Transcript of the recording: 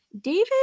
David